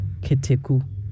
Keteku